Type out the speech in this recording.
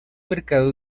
mercado